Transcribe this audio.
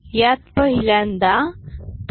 यात पहिल्यांदा 0